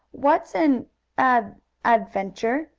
what's an ad adventure?